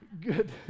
good